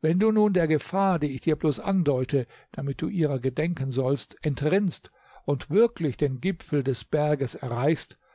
wenn du nun der gefahr die ich dir bloß andeute damit du ihrer gedenken sollst entrinnst und wirklich den gipfel des berges erreichst